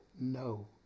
no